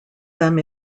them